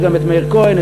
גם מאיר כהן,